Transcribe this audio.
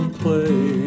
play